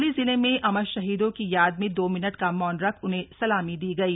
चमोली जिले में अमर शहीदों की याद में दो मिनट का मौन रख उन्हें सलामी दी गई